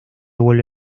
vuelve